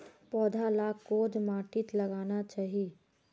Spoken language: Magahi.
पौधा लाक कोद माटित लगाना चही?